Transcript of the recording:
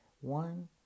One